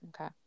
okay